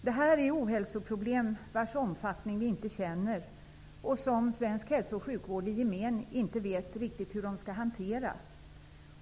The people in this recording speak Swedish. Det här är ohälsoproblem vars omfattning vi inte känner och som svensk hälso och sjukvård i gemen inte riktigt kan hantera.